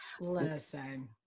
Listen